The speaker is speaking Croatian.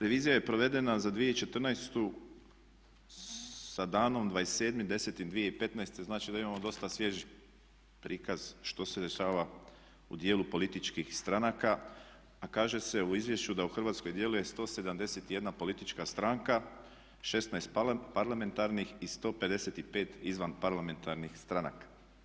Revizija je provedena za 2014. sa danom 27.10.2015., znači da imamo dosta svjež prikaz što se dešava u dijelu političkih stranaka, a kaže se u izvješću da u Hrvatskoj djeluje 171 politička stranka, 16 parlamentarnih i 155 izvan parlamentarnih stranaka.